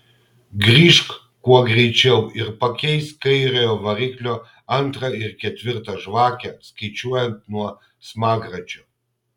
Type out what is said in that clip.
grįžk kuo greičiau ir pakeisk kairiojo variklio antrą ir ketvirtą žvakę skaičiuojant nuo smagračio